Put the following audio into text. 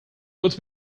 what